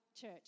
church